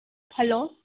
hello